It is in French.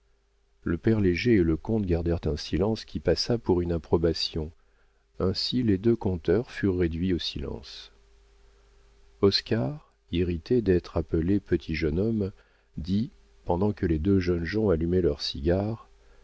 le père léger et le comte gardèrent un silence qui passa pour une approbation ainsi les deux conteurs furent réduits au silence oscar irrité d'être appelé petit jeune homme dit pendant que les deux jeunes gens allumaient leurs cigares